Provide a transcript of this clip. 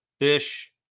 Fish